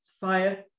fire